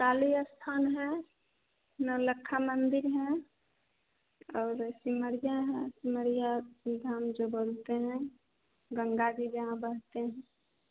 काली अस्थान है नवलखा मंदिर है और सिमड़िया है सिमड़िया धाम जो बोलते हैं गंगा जी जहाँ बसते हैं